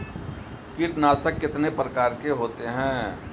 कीटनाशक कितने प्रकार के होते हैं?